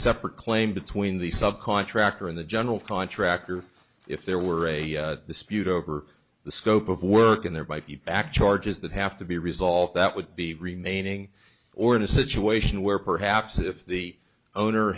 separate claim between the sub contractor and the general contractor if there were a dispute over the scope of work and thereby be back shortly is that have to be resolved that would be remaining or in a situation where perhaps if the owner